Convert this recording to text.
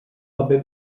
paper